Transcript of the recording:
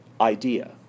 idea